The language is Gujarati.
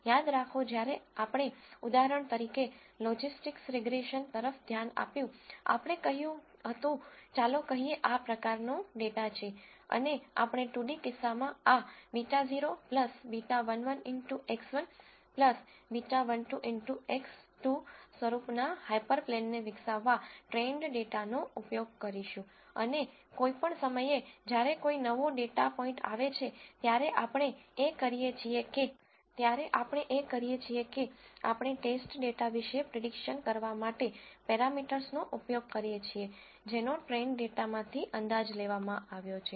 યાદ રાખો જ્યારે આપણે ઉદાહરણ તરીકે લોજિસ્ટિક્સ રીગ્રેસન તરફ ધ્યાન આપ્યું આપણે કહ્યું હતું ચાલો કહીએ કે આ પ્રકારનો ડેટા છે અને આપણે 2 ડી કિસ્સામાં આ β0 β11 X1 β12 X2 સ્વરૂપના હાઇપરપ્લેનને વિકસાવવા ટ્રેઇન્ડ ડેટાનો ઉપયોગ કરીશું અને કોઈપણ સમયે જ્યારે કોઈ નવો ડેટા પોઇન્ટ આવે છે ત્યારે આપણે એ કરીએ છીએ કે આપણે ટેસ્ટ ડેટા વિશે પ્રીડીકશન કરવા માટે પેરામીટર્સનો ઉપયોગ કરીએ છીએ જેનો ટ્રેઇન ડેટામાંથી અંદાજ લેવામાં આવ્યો છે